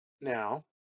Now